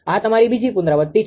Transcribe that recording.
આ તમારી બીજી પુનરાવૃત્તિ છે